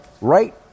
right